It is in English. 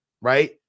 right